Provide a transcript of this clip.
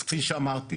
כפי שאמרתי,